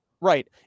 right